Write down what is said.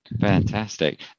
Fantastic